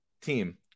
team